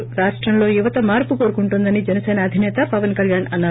ి రాష్టంలో యువత మార్సు కోరుకుంటోందని జనసేన అధిసేత పవన్ కల్వాణ్ అన్నారు